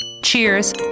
Cheers